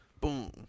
Boom